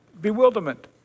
bewilderment